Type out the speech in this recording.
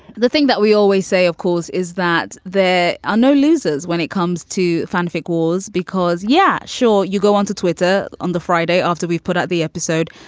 the thing that we always say, of course, is that there are no losers when it comes to fanfic wars because. yeah, sure. you go onto twitter on the friday after we've put out the episode.